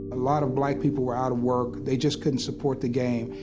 a lot of black people were out of work. they just couldn't support the game,